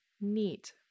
Neat